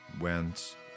went